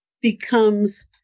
becomes